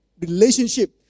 relationship